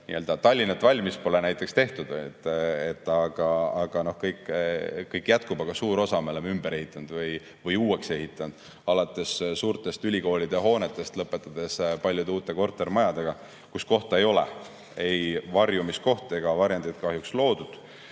Tallinna valmis pole tehtud, ehitus jätkub, aga suure osa me oleme ümber ehitanud või uueks ehitanud – alates suurtest ülikoolide hoonetest ja lõpetades paljude uute kortermajadega, kuhu ei ole varjumiskohta ega varjendit kahjuks loodud.